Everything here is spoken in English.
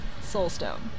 soulstone